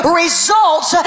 results